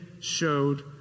showed